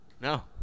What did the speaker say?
No